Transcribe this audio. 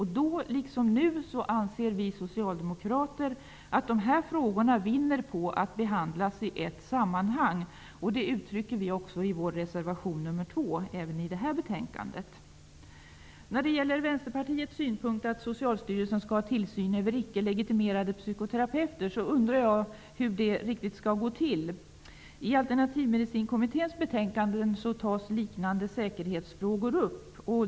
Då, liksom nu, anser vi socialdemokrater att dessa frågor vinner på att behandlas i ett sammanhang. Det uttrycker vi även i detta betänkande, i vår reservation nr 2. Vänsterpartiet framför att Socialstyrelsen skall ha tillsyn över icke legitimerade psykoterapeuter. Jag undrar hur det skulle gå till. I Alternativmedicinskommitténs betänkande tas liknande säkerhetsfrågor upp.